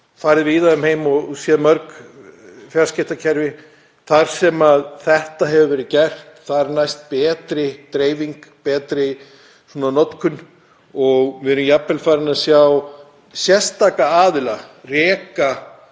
farið víða um heim og séð mörg fjarskiptakerfi þar sem þetta hefur verið gert. Þar næst betri dreifing, betri notkun og við erum jafnvel farin að sjá sérstaka aðila reka